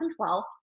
2012